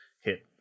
hit